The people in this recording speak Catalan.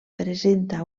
presenta